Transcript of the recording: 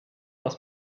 aus